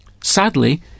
Sadly